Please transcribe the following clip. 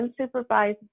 unsupervised